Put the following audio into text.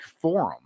Forum